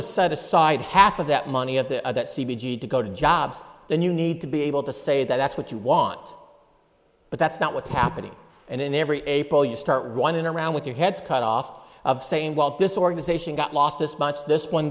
to set aside half of that money up to that c b d to go to jobs then you need to be able to say that that's what you want but that's not what's happening and then every april you start running around with your heads cut off of saying well this organization got lost this much this one